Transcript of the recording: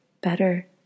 better